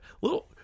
little